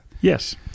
Yes